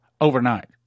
overnight